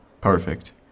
Perfect